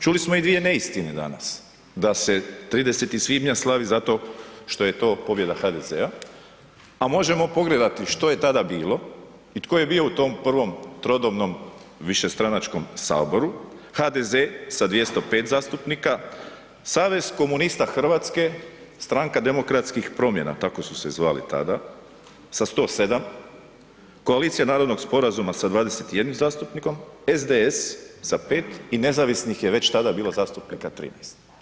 Čuli smo i dvije neistine danas, da se 30. svibnja slavi zato što je pobjeda HDZ-a a možemo pogledati što je tada bilo i tko je bio u tom prvom, trodomnom višestranačkom Saboru, HDZ sa 205 zastupnika, Savez komunista Hrvatske, Stranka demokratskih promjena tako su se zvali tada, sa 107, Koalicija Narodnog sporazuma sa 21 zastupnikom, SDS sa 5 i nezavisnih je već tada bilo zastupnika 13.